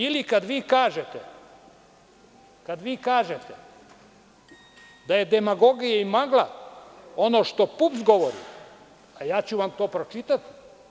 Ili kad vi kažete da je demagogija i magla ono što PUPS govori, a ja ću vam to pročitati.